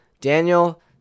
Daniel